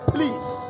Please